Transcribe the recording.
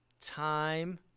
time